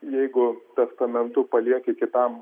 jeigu testamentu palieki kitam